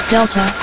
Delta